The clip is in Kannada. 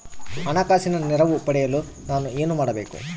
ಹಣಕಾಸಿನ ನೆರವು ಪಡೆಯಲು ನಾನು ಏನು ಮಾಡಬೇಕು?